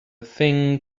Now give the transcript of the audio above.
thing